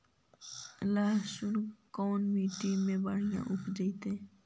लहसुन कोन मट्टी मे बढ़िया उपजतै?